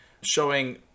showing